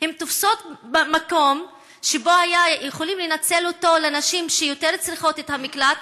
הן תופסות מקום שיכולים לנצל אותו לנשים שיותר צריכות את המקלט,